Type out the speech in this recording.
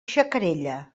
xacarella